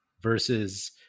versus